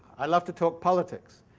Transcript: i love to talk politics.